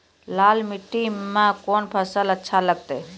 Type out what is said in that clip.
लाल मिट्टी मे कोंन फसल अच्छा लगते?